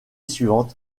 suivante